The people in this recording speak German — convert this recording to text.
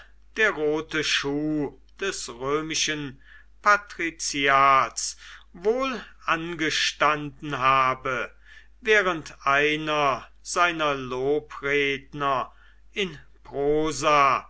der rote schuh des römischen patriziats wohl angestanden habe während einer seiner lobredner in prosa